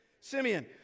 Simeon